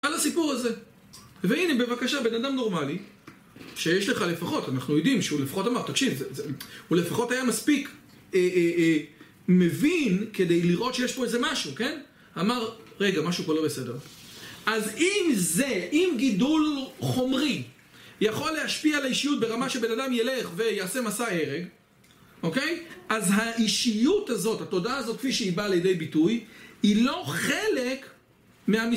על הסיפור הזה והנה בבקשה בן אדם נורמלי שיש לך לפחות אנחנו יודעים שהוא לפחות אמר תקשיב הוא לפחות היה מספיק מבין כדי לראות שיש פה איזה משהו. כן? אמר רגע משהו פה לא בסדר אז אם זה אם גידול חומרי יכול להשפיע על האישיות ברמה שבן אדם ילך ויעשה מסע הרג אז האישיות הזאת התודעה הזאת כפי שהיא באה לידי ביטוי היא לא חלק מה..